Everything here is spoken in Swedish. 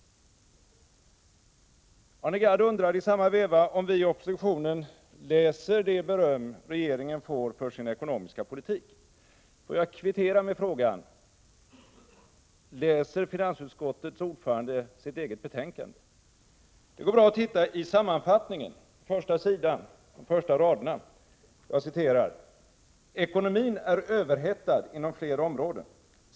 Arne Gadd undrade i samma veva om vi i oppositionen läser det beröm regeringen får för sin ekonomiska politik. Jag kvitterar med frågan: Läser finansutskottets ordförande sitt eget betänkande? Det går bra att titta i sammanfattningen, första sidan, första raderna: ”-—-- ekonomin är överhettad inom flera områden.